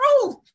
truth